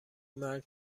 مرگ